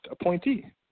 appointee